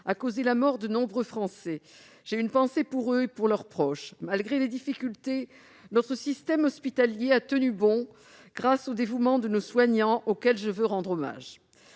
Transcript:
a causé la mort de nombreux Français. J'ai une pensée pour eux et pour leurs proches. Malgré les difficultés, notre système hospitalier a tenu bon grâce au dévouement de nos soignants, auxquels je veux rendre hommage.